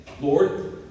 Lord